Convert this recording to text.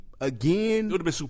Again